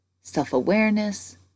self-awareness